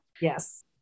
Yes